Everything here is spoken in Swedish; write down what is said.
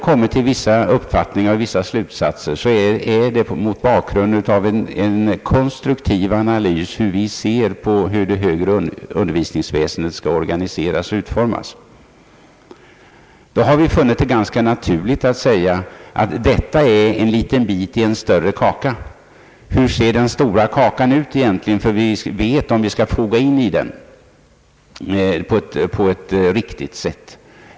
De uppfattningar och slutsatser vi kommit fram till kan ses mot bakgrunden av en konstruktiv analys av hur det högre undervisningsväsendet skall konstrueras och utformas. Då har vi funnit det ganska naturligt att säga att detta är en liten bit i en större kaka. Men hur ser den stora kakan egentligen ut? Vi måste veta det för att veta vad vi skall foga in i den och hur vi skall göra det på ett riktigt sätt.